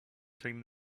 time